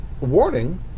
warning